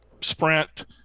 sprint